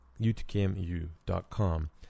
utkmu.com